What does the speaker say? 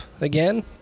again